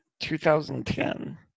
2010